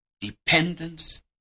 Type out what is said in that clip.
dependence